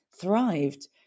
thrived